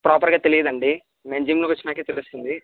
ప్రోపర్గా తెలీదండి నేను జిమ్కి వచ్చినాకే తెలుస్తుంది